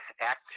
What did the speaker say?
act